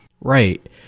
right